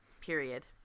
Period